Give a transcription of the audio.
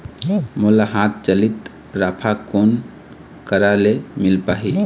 मोला हाथ चलित राफा कोन करा ले मिल पाही?